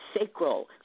sacral